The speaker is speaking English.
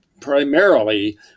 primarily